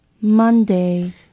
Monday